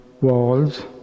walls